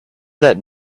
that